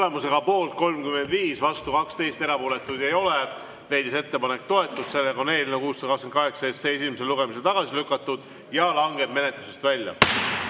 Tulemusega poolt 35, vastu 12, erapooletuid ei ole, leidis ettepanek toetust. Eelnõu 628 on esimesel lugemisel tagasi lükatud ja langeb menetlusest välja.